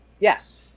yes